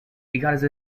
because